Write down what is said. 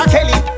Kelly